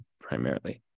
primarily